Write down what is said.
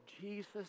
Jesus